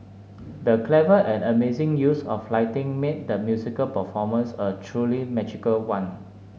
the clever and amazing use of lighting made the musical performance a truly magical one